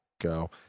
go